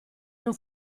non